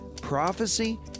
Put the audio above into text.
prophecy